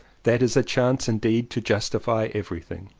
that is a chance indeed to justify everything.